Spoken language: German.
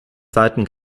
zeiten